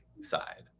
side